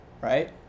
right